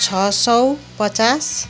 छ सौ पचास